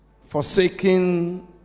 forsaking